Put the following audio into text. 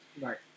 right